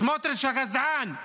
סמוטריץ' הגזען,